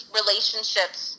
relationships